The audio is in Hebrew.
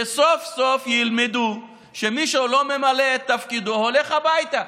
שסוף-סוף ילמדו שמי שלא ממלא את תפקידו הולך הביתה,